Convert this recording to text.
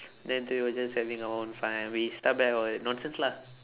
then two of us just having our own fun and we start back our nonsense lah